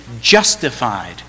justified